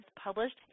published